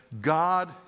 God